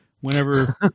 Whenever